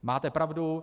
Máte pravdu.